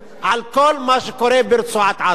לכל מה שקורה ברצועת-עזה.